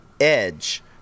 edge